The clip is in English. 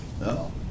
no